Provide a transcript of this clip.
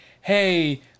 hey